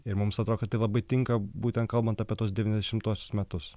ir mums atrodo kad tai labai tinka būtent kalbant apie tuos devyniasdešimtuosius metus